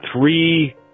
three